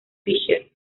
fischer